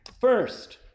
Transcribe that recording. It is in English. First